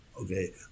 Okay